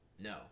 No